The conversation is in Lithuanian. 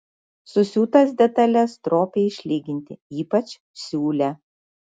susiūtas detales stropiai išlyginti ypač siūlę